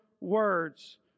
words